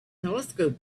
telescope